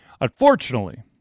Unfortunately